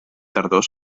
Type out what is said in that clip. tardor